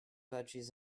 budgies